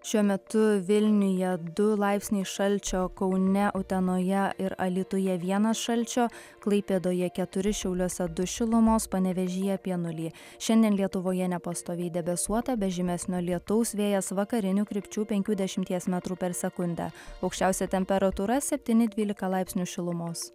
šiuo metu vilniuje du laipsniai šalčio kaune utenoje ir alytuje vienas šalčio klaipėdoje keturi šiauliuose du šilumos panevėžyje apie nulį šiandien lietuvoje nepastoviai debesuota be žymesnio lietaus vėjas vakarinių krypčių penkių dešimties metrų per sekundę aukščiausia temperatūra septyni dvylika laipsnių šilumos